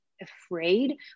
afraid